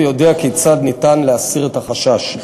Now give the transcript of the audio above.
ויודיע כיצד אפשר להסיר את החשש.